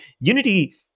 Unity